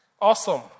Awesome